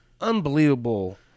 unbelievable